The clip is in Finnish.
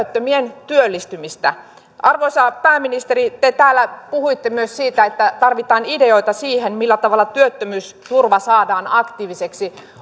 työttömien työllistymistä arvoisa pääministeri te täällä puhuitte myös siitä että tarvitaan ideoita siihen millä tavalla työttömyysturva saadaan aktiiviseksi